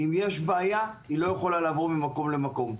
אם יש בעיה, היא לא יכולה לעבור ממקום למקום.